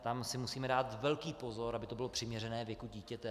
Tam si musíme dát velký pozor, aby to bylo přiměřené věku dítěte.